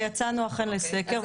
ויצאנו אכן לסקר,